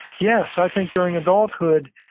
yes, i think during adulthood,